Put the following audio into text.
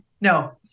no